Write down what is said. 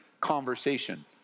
conversation